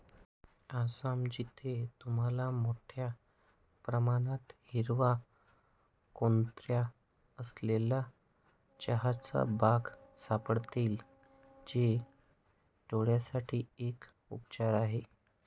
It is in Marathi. आसाम, जिथे तुम्हाला मोठया प्रमाणात हिरव्या कोऱ्या असलेल्या चहाच्या बागा सापडतील, जे डोळयांसाठी एक उपचार आहे